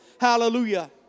Hallelujah